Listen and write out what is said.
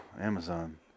Amazon